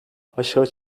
aşağı